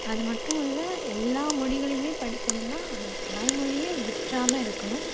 அது மட்டும் இல்லை எல்லா மொழிகளையுமே படிக்கணுந்தான் ஆனால் தாய்மொழியை விட்டுறாம இருக்கணும்